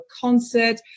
concert